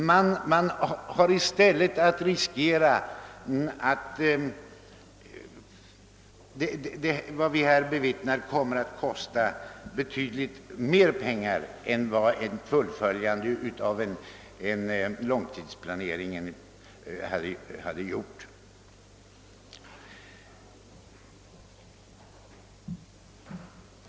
Man riskerar i stället att det som vi här bevittnar kommer att kosta betydligt mer pengar än vad ett fullföljande av långtidsplaneringen hade gjort.